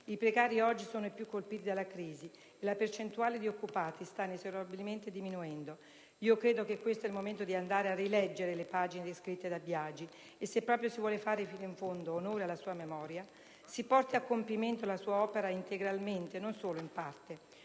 I precari oggi sono i più colpiti dalla crisi e la percentuale di occupati sta inesorabilmente diminuendo. Io credo che questo sia il momento di andare a rileggere le pagine scritte da Biagi e, se proprio si vuole fare fino in fondo onore alla sua memoria, si porti a compimento la sua opera integralmente, non solo in parte.